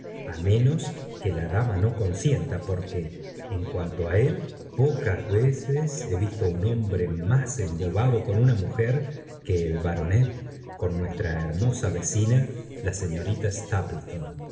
á menos que la dama no consienta porque en cuanto á él pocas veces he visto un hombre más embobado con una mujer que el baronet con nuestra hermosa vecina la señorita